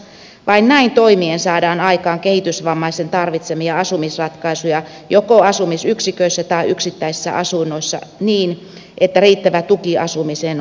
vain näin toimien saadaan aikaan kehitysvammaisten tarvitsemia asumisratkaisuja joko asumisyksiköissä tai yksittäisissä asunnoissa niin että riittävä tuki asumiseen on saatavilla